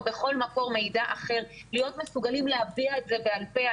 בכל מקור מידע אחר להיות מסוגלים להביע את זה בעל-פה.